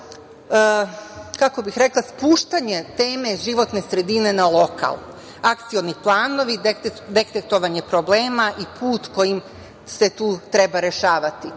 i naravno, spuštanje teme životne sredine na lokal, akcioni planovi, detektovanje problema i put kojim se tu treba rešavati. Nekoliko